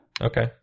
Okay